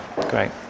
great